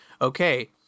okay